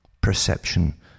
perception